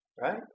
right